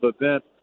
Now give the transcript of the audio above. event